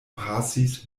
pasis